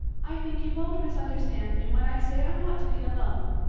i think you won't misunderstand me when i say i want to be alone.